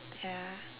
ya